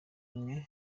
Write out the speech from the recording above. rimwe